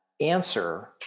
answer